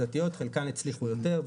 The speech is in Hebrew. בחלקן הצליחו יותר,